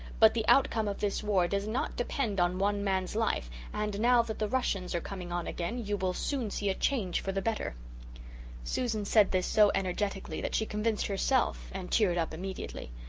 but the outcome of this war does not depend on one man's life and now that the russians are coming on again you will soon see a change for the better susan said this so energetically that she convinced herself and cheered up immediately.